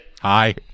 Hi